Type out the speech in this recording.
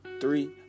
three